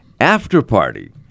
after-party